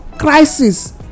crisis